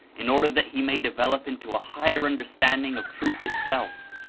in order that he may develop into a higher under standing of truth itself.